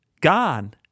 Gone